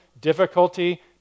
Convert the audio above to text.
difficulty